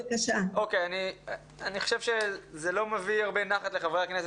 אני חושב שההערה שלך בסיום לא מביאה הרבה נחת לחברי הכנסת,